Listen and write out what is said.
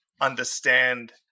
understand